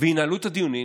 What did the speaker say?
וינהלו את הדיונים